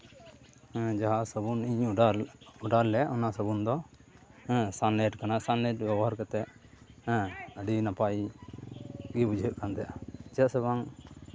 ᱡᱟᱦᱟᱸ ᱥᱟᱵᱚᱱᱤᱧ ᱚᱰᱟᱨ ᱚᱰᱟᱨ ᱞᱮᱫ ᱚᱱᱟ ᱥᱟᱵᱚᱱ ᱫᱚ ᱦᱮᱸ ᱥᱟᱱᱞᱟᱭᱤᱴ ᱠᱟᱱᱟ ᱥᱟᱱᱞᱟᱭᱤᱴ ᱵᱮᱵᱚᱦᱟᱨ ᱠᱟᱛᱮ ᱦᱮᱸ ᱟᱹᱰᱤ ᱱᱟᱯᱟᱭ ᱜᱮ ᱵᱩᱡᱷᱟᱹᱜ ᱠᱟᱱ ᱛᱟᱦᱮᱸᱜᱼᱟ ᱪᱮᱫᱟᱜ ᱥᱮ ᱵᱟᱝ